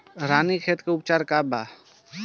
रानीखेत के उपचार बताई?